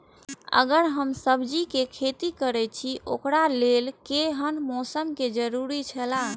अगर हम सब्जीके खेती करे छि ओकरा लेल के हन मौसम के जरुरी छला?